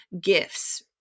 gifts